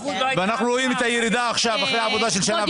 ואנחנו רואים את הירידה עכשיו אחרי עבודה של שנה וחצי.